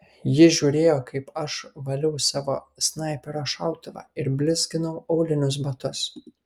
ji žiūrėjo kaip aš valiau savo snaiperio šautuvą ir blizginau aulinius batus